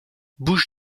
bouche